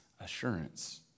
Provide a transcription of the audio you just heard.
assurance